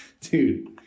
Dude